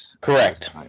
correct